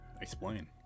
Explain